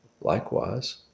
Likewise